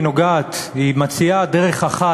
היא מציעה דרך אחת,